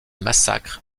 massacres